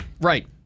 Right